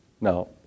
No